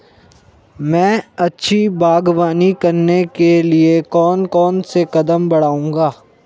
मैं अच्छी बागवानी करने के लिए कौन कौन से कदम बढ़ाऊंगा?